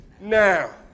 now